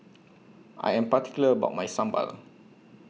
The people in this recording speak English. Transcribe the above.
I Am particular about My Sambal